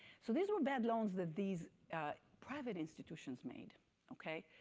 so these were bad loans that these private institutions made okay?